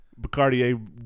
Bacardi